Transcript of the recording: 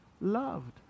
loved